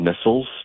missiles